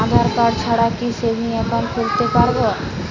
আধারকার্ড ছাড়া কি savings account খুলতে পারব?